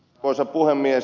arvoisa puhemies